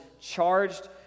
charged